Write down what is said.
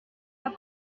pas